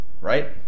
Right